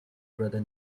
brother